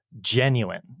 genuine